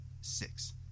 six